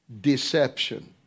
deception